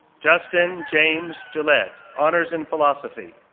justin james gillette, honors in philosophy,